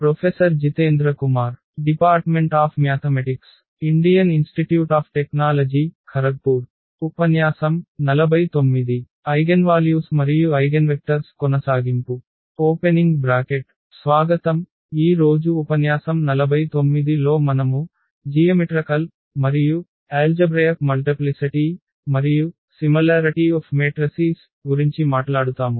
స్వాగతం ఈ రోజు ఉపన్యాసం 49 లో మనము రేఖాగణిత మరియు బీజగణిత గుణకారం మరియు మాత్రికల సారూప్యత గురించి మాట్లాడుతాము